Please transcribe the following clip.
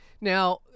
Now